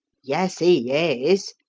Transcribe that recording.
yes he is,